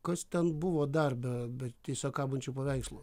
kas ten buvo dar be be tiesiog kabančių paveikslų